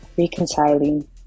reconciling